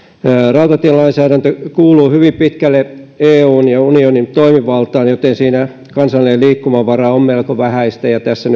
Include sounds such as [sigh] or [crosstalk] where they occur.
rautatielainsäädäntö kuuluu hyvin pitkälle eun toimivaltaan joten siinä kansallinen liikkumavara on melko vähäistä ja tässä [unintelligible]